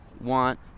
want